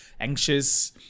anxious